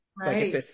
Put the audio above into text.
Right